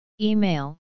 Email